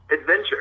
adventure